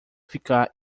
ficar